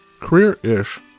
Career-ish